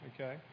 okay